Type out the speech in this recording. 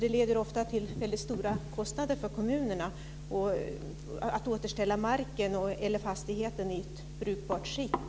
Det leder ofta till väldigt stora kostnader för kommunerna att återställa marken eller fastigheten i brukbart skick.